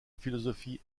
philosophie